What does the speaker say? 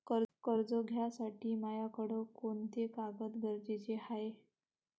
कर्ज घ्यासाठी मायाकडं कोंते कागद गरजेचे हाय?